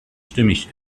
stimmig